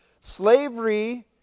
Slavery